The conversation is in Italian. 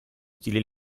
stile